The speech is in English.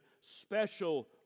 special